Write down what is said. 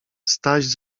staś